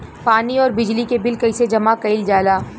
पानी और बिजली के बिल कइसे जमा कइल जाला?